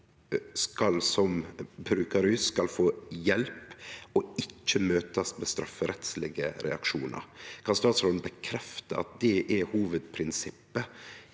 skal få hjelp og ikkje møtast med strafferettslege reaksjonar. Kan statsråden bekrefte at det er hovudprinsippet